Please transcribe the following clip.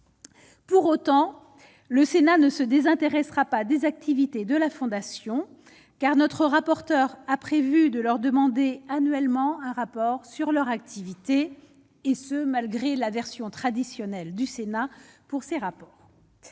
Pour autant, le Sénat ne se désintéresserait pas des activités de la fondation car notre rapporteur a prévu de leur demander annuellement un rapport sur leur activité, et ce malgré la version traditionnelle du Sénat pour ces rapports